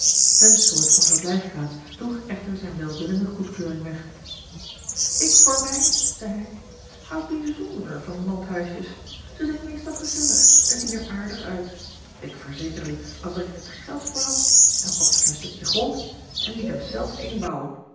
hun soort van verblijfplaats droeg echter zijn welwillende goedkeuring weg ik voor mij zei hij houd bijzonder van landhuisjes ze zijn meestal gezellig en zien er aardig uit ik verzeker u als ik er het geld voor had dan kocht ik een stukje grond en liet er zelf een bouwen